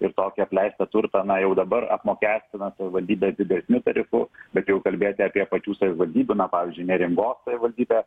ir tokį apleistą turtą na jau dabar apmokestina savivaldybė didesniu tarfu bet jau kalbėti apie pačių savivaldybių na pavyzdžiui neringos savivaldybės